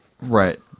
Right